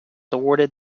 awarded